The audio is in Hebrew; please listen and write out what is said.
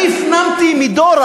אני הפנמתי מדורה